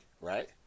right